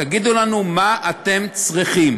תגידו לנו מה אתם צריכים.